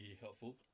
helpful